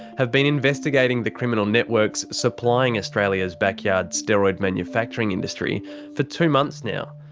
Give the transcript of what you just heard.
have been investigating the criminal networks supplying australia's backyard steroid manufacturing industry for two months now.